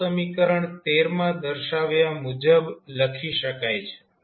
આ સમીકરણ માં દર્શાવ્યા મુજબ લખી શકાય છે